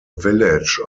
village